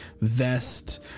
vest